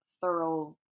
thorough